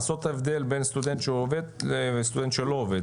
לעשות את ההבדל בין סטודנט שהוא עובד לסטודנט שלא עובד,